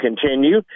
continue